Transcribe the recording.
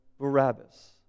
Barabbas